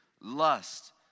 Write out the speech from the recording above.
lust